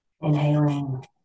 inhaling